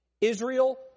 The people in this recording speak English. Israel